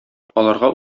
аларга